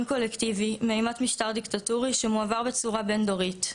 קולקטיבי מאימת משטר דיקטטורי שמועבר בצורה בין-דורית,